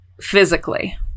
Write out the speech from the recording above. physically